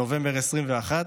בנובמבר 2021,